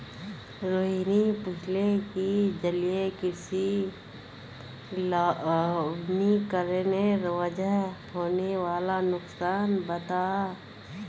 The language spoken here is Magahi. रोहिणी पूछले कि जलीय कृषित लवणीकरनेर वजह होने वाला नुकसानक बता